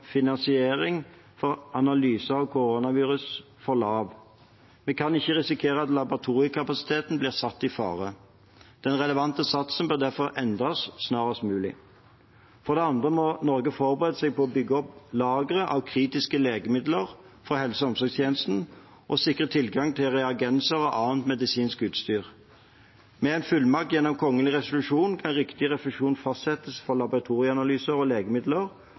for lav. Vi kan ikke risikere at laboratoriekapasiteten blir satt i fare. Den relevante satsen bør derfor endres snarest mulig. For det andre må Norge forberede seg på å bygge opp lagre av kritiske legemidler for helse- og omsorgstjenesten og sikre tilgangen til reagenser og annet medisinsk utstyr. Med en fullmakt gjennom kongelig resolusjon kan riktig refusjon fastsettes for laboratorieanalyser og legemidler,